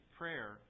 prayer